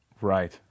Right